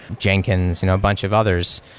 jenkins, you know a bunch of others.